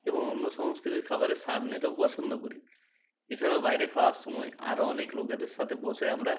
এবং অন্য সংস্কৃতির খাবারের স্বাদ নিতেও পছন্দ করি এছাড়াও বাইরে খাওয়ার সময় আরও অনেক লোকেদের সাথে বসে আমরা